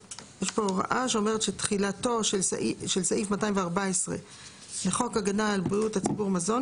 תחילה 5. תחילתו של סעיף 214 לחוק הגנה על בריאות הציבור (מזון),